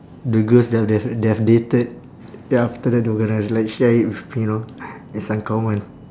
the girls that they have they have dated then after that they gonna like share it with me know it's uncommon